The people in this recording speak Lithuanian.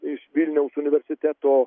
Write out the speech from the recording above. iš vilniaus universiteto